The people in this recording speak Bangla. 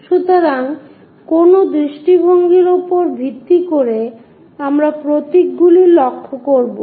সুতরাং কোন দৃষ্টিভঙ্গির উপর ভিত্তি করে আমরা প্রতীকগুলি লক্ষ্য করব